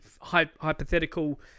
hypothetical